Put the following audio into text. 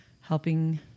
helping